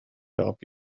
help